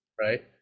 right